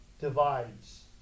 divides